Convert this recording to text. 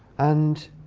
and